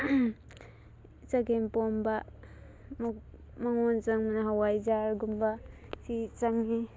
ꯆꯒꯦꯝꯄꯣꯝꯕ ꯃꯉꯣꯟꯗ ꯆꯪꯕꯅ ꯍꯋꯥꯏꯖꯥꯔꯒꯨꯝꯕ ꯁꯤ ꯆꯪꯉꯤ